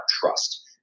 trust